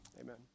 amen